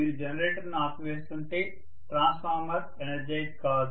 మీరు జనరేటర్ను ఆపి వేస్తుంటే ట్రాన్స్ఫార్మర్ ఎనర్జైజ్ కాదు